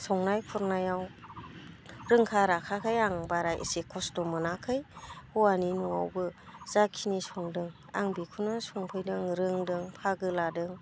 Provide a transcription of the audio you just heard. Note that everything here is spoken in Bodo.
संनाय खुरनायाव रोंखा राखाखाय आं बारा एसे खस्थ' मोनाखै हौवानि न'आवबो जाखिनि संदों आं बिखौनो संफैदों रोंदों बाहागो लादों